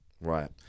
right